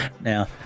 Now